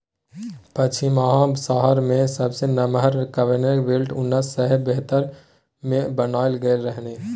पछिमाहा सहारा मे सबसँ नमहर कन्वेयर बेल्ट उन्नैस सय बहत्तर मे बनाएल गेल रहनि